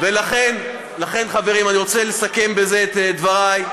לכן, חברים, אני רוצה לסכם בזה את דברי.